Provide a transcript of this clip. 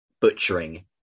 butchering